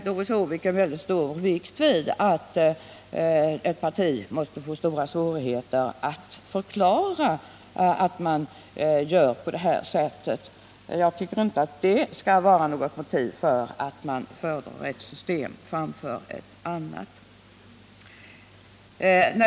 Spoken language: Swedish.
Doris Håvik lade mycket stor vikt vid att ett parti måste få stora svårigheter att förklara att vi gör på detta sätt. Jag tycker inte att detta kan vara något motiv till att man föredrar ett system framför ett annat.